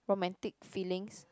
romantic feelings